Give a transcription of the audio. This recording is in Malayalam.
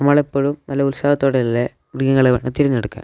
നമ്മൾ എപ്പോഴും നല്ല ഉത്സാഹത്തോടെ അല്ലേ മൃഗങ്ങളെ വേണം തിരഞ്ഞെടുക്കാൻ